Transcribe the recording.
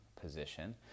position